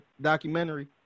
documentary